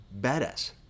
badass